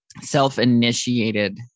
self-initiated